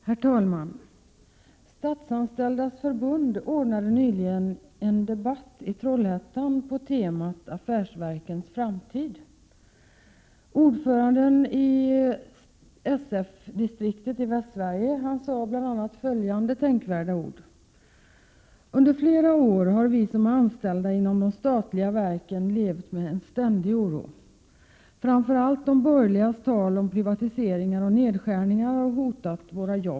Herr talman! Statsanställdas förbund ordnade nyligen en debatt i Trollhättan på temat affärsverkens framtid. Ordföranden i SF-distriktet i Västsverige sade bl.a. följande tänkvärda ord: ”Under flera år har vi som är anställda inom de statliga verken levt med en ständig oro. Framför allt de borgerligas tal om privatiseringar och nedskärningar har hotat våra jobb.